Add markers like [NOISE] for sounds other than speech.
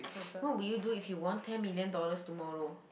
[NOISE] what would you do if you won ten million dollars tomorrow